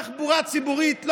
תחבורה ציבורית,